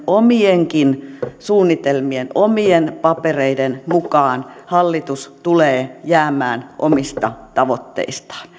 omienkin suunnitelmien omien papereiden mukaan hallitus tulee jäämään omista tavoitteistaan